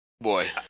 Boy